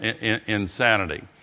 insanity